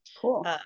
Cool